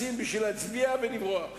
חינוך ואל תשאלו אותי בעניינים אחרים.